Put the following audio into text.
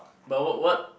but what what